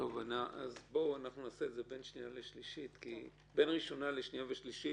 אני מציע שאנחנו נעשה את זה בין הקריאה הראשונה לשנייה ושלישית